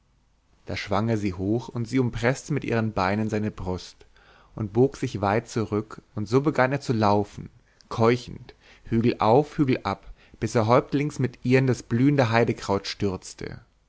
da schwang er sie hoch und sie umpreßte mit ihren beinen seine brust und bog sich weit zurück und so begann er zu laufen keuchend hügel auf hügel ab bis er häuptlings mit ihr in das blühende heidekraut stürzte